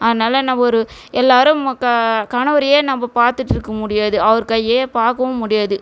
அதனால நம்ப ஒரு எல்லாரும் க கணவரையே நம்ப பார்த்துட்டு இருக்க முடியாது அவர் கையையே பார்க்கவும் முடியாது